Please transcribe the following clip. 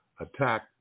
attack